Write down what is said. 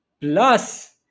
Plus